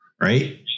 right